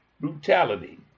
brutality